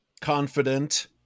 Confident